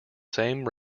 same